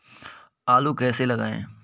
आलू कैसे लगाएँ?